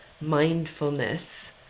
mindfulness